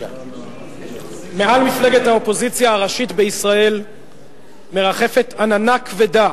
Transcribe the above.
מעל מפלגת האופוזיציה הראשית בישראל מרחפת עננה כבדה,